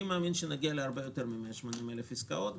אני מאמין שנגיע להרבה יותר מ-180,000 עסקאות.